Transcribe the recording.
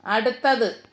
അടുത്തത്